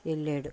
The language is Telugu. వెళ్ళాడు